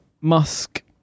Musk